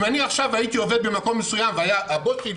אם אני עכשיו הייתי עובד במקום מסוים והיה הבוס שלי